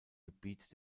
gebiet